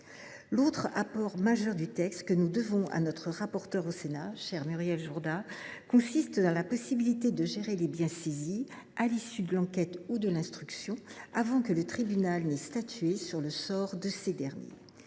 L’autre apport majeur du texte, que nous devons à notre rapporteur, chère Muriel Jourda, consiste dans la possibilité de gérer les biens saisis à l’issue de l’enquête ou de l’instruction avant que le tribunal n’ait statué sur le sort de ces derniers.